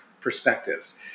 perspectives